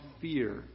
fear